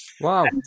Wow